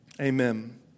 Amen